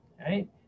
right